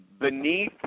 Beneath